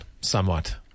somewhat